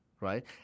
right